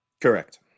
Correct